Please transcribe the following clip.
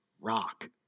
rock